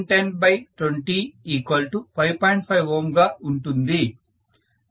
5ᘯగా ఉంటుంది